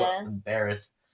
embarrassed